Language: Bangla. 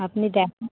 আপনি দেখান